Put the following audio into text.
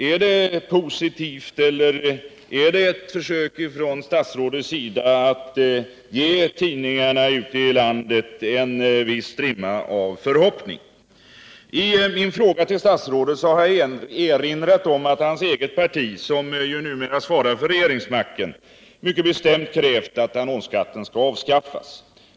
Är det positivt, och är det ett försök från statsrådets sida att ge tidningarna ute i landet en viss anledning .till förhoppningar? I min fråga till statsrådet erinrade jag om att hans eget parti, som ju numera svarar för regeringsmakten, mycket bestämt krävt att annonsskatten skall avskaffas.